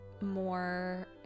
more